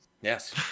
Yes